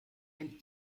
ein